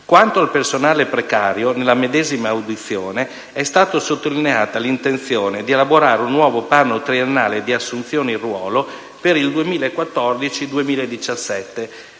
Quanto al personale precario, nella medesima audizione è stata sottolineata l'intenzione di elaborare un nuovo piano triennale di assunzione in ruolo per il 2014-2017